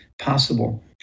possible